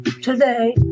today